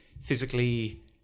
physically